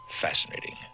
fascinating